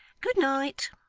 good night